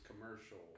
commercial